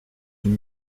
une